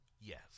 Yes